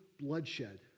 bloodshed